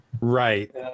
Right